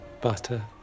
butter